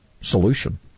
solution